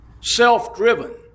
self-driven